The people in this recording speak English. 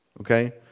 Okay